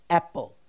apple